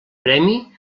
premi